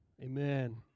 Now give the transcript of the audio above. Amen